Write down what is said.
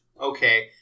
okay